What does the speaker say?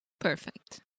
Perfect